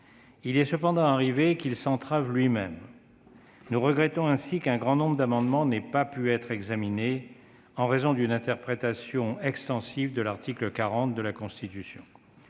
Il est cependant arrivé qu'il s'entrave lui-même. Nous regrettons ainsi qu'un grand nombre d'amendements n'aient pas pu être examinés en raison d'une interprétation extensive de l'article 40 de la Constitution.